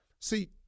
See